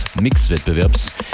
Mix-Wettbewerbs